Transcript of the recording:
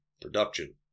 production